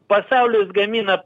pasaulis gamina